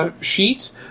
Sheet